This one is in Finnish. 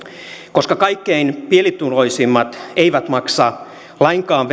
koska kaikkein pienituloisimmat eivät maksa lainkaan